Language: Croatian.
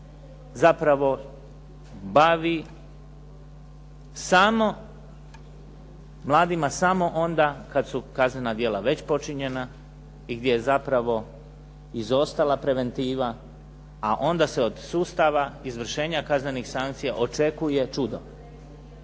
zapravo bavi mladima samo onda kada su kaznena djela već počinjena i gdje je zapravo izostala preventiva, a onda se od sustava izvršenja kaznenih sankcija očekuje čudo.